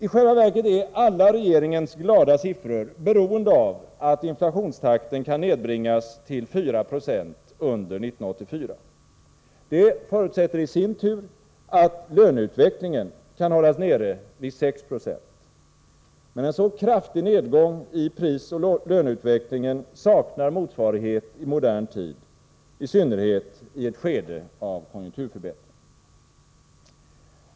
I själva verket är alla regeringens glada siffror beroende av att inflationstakten kan nedbringas till 496 under 1984. Det förutsätter i sin tur att löneutvecklingen kan hållas nere vid 6 70. Men en så kraftig nedgång i prisoch löneutvecklingen saknar motsvarighet i modern tid, i synnerhet i ett skede av konjunkturförbättring.